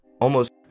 Almost-